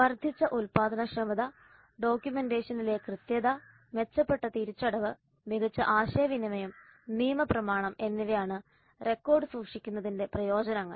വർദ്ധിച്ച ഉൽപാദനക്ഷമത ഡോക്യുമെന്റേഷനിലെ കൃത്യത മെച്ചപ്പെട്ട തിരിച്ചടവ് മികച്ച ആശയവിനിമയം നിയമ പ്രമാണം എന്നിവയാണ് റെക്കോർഡ് സൂക്ഷിക്കുന്നതിന്റെ പ്രയോജനങ്ങൾ